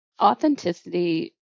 Authenticity